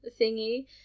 thingy